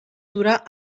dura